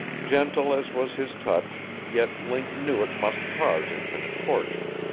gentle as was his touch, yet link knew it must cause infinite torture.